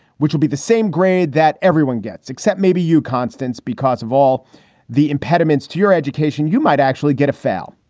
which will be the same grade that everyone gets. except maybe you, constance, because of all the impediments to your education, you might actually get a foul.